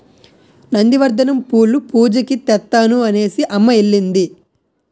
నంది వర్ధనం పూలు పూజకి తెత్తాను అనేసిఅమ్మ ఎల్లింది